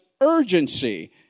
urgency